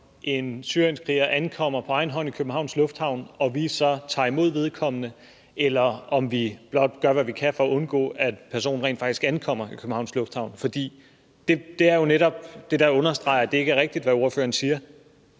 en syrienskriger ankommer på egen hånd til Københavns Lufthavn, og vi så tager imod vedkommende, eller om vi blot gør, hvad vi kan for at undgå, at personen rent faktisk ankommer til Københavns Lufthavn? For det er jo netop det, der understreger, at det ikke er rigtigt, hvad ordføreren siger.